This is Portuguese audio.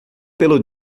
pelo